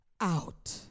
out